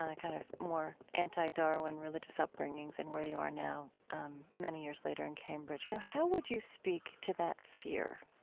kind of more anti-darwin religious upbringings and where you are now um many years later in cambridge, you know, how would you speak to that fear?